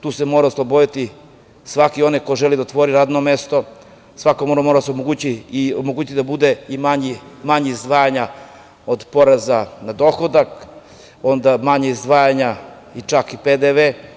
Tu se mora osloboditi svaki onaj koji želi da otvori radno mesto, svakome se mora omogućiti da bude i manje izdvajanja od poreza na dohodak, onda manje izdvajanja čak i za PDV.